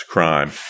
Crime